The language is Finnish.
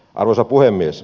arvoisa puhemies